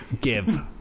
give